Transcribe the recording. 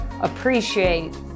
appreciate